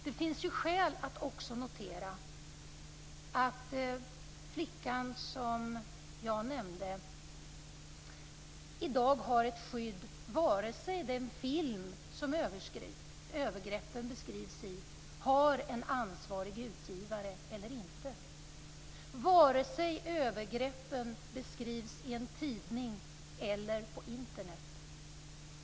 Det finns skäl att också notera att flickan som jag nämnde i dag har ett skydd vare sig den film som övergreppen beskrivs i har en ansvarig utgivare eller inte och vare sig övergreppen beskrivs i en tidning eller på Internet.